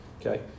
Okay